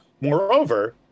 moreover